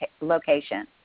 location